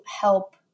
help